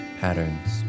patterns